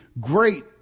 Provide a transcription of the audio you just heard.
great